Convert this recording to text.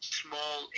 small